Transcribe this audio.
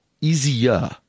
Easier